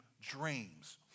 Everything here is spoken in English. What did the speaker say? dreams